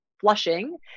flushing